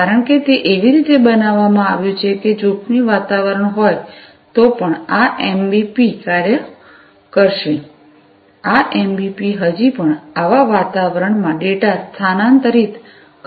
કારણ કે તે એવી રીતે બનાવવામાં આવ્યું છે કે જોખમી વાતાવરણ હોય તો પણ આ એમબીપી કાર્ય કરશે આ એમબીપી હજી પણ આવા વાતાવરણમાં ડેટા સ્થાનાંતરિત કરશે